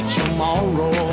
tomorrow